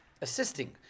assisting